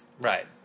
Right